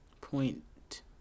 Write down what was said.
Point